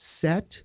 set